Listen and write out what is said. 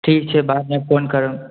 ठीक छै बादमे फोन करब